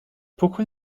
pourquoi